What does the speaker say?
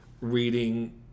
reading